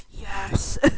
Yes